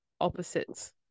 opposites